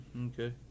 okay